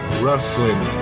wrestling